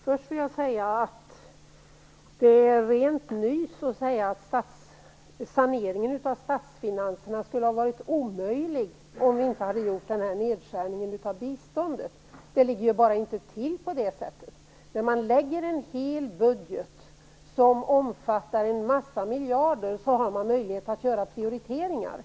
Herr talman! Först vill jag säga att det är rent nys att påstå att saneringen av statsfinanserna skulle ha varit omöjlig om vi inte hade gjort denna nedskärning av biståndet. Det ligger inte till på det sättet. När man lägger fram en hel budget som omfattar en massa miljarder har man möjlighet att göra prioriteringar.